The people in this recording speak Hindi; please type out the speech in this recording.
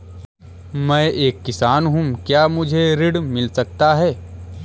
मैं एक किसान हूँ क्या मुझे ऋण मिल सकता है?